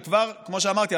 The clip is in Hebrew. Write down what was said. וכבר כמו שאמרתי,